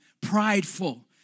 prideful